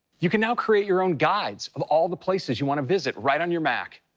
you can now create your own guides of all the places you want to visit right on your mac.